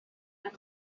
and